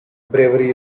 bravery